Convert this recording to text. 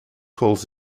calls